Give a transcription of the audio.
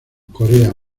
corea